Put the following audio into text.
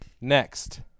next